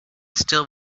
still